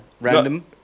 Random